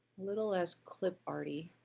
little less clip-arty.